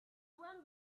went